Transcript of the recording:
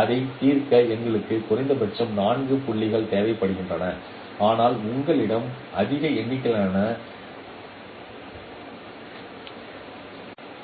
அதைத் தீர்க்க எங்களுக்கு குறைந்தபட்சம் 4 புள்ளி தேவைப்படுகின்றன ஆனால் உங்களிடம் அதிக எண்ணிக்கையிலான